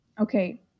Okay